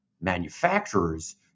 manufacturers